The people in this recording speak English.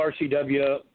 rcw